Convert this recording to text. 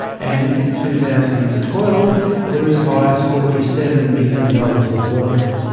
and in two thousand and twelve were as high as forty seven billion dollars of wealth.